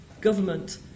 government